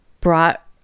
brought